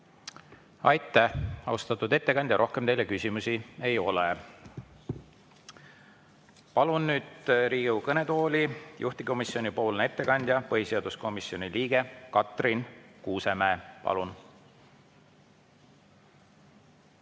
Aitäh, austatud ettekandja! Rohkem teile küsimusi ei ole. Palun nüüd Riigikogu kõnetooli juhtivkomisjonipoolse ettekandja, põhiseaduskomisjoni liikme Katrin Kuusemäe. Aitäh,